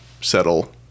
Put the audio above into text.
settle